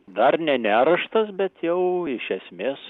dar ne nerštas bet jau iš esmės